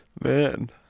Man